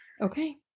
Okay